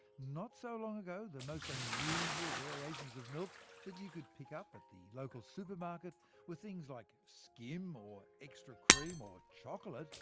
not so long ago, the most unusual variations of milk you could pick up at the local supermarket were things like skim or extra cream or chocolate.